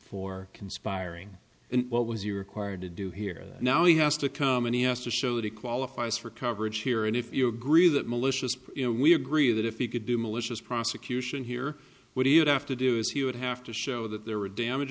for conspiring and what was your acquired to do here now he has to come and he has to show that he qualifies for coverage here and if you agree that malicious you know we agree that if he could do malicious prosecution here what are you daft do is he would have to show that there were damage